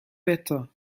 bitter